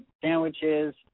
sandwiches